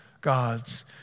God's